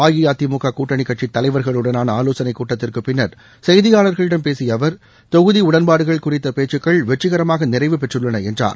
அஇஅதிமுக கூட்டணிக் கட்சித் தலைவர்களுடனான ஆலோசனைக் கூட்டத்திற்குப் பின்னர் செய்தியாளர்களிடம் பேசிய அவர் தொகுதி உடன்பாடுகள் குறித்த பேச்சுக்கள் வெற்றிரமாக நிறைவு பெற்றுள்ளன என்றார்